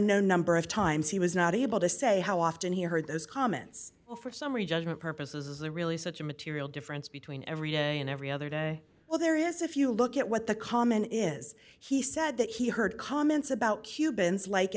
number of times he was not able to say how often he heard those comments for summary judgment purposes is a really such a material difference between every day and every other day well there is if you look at what the common is he said that he heard comments about cubans like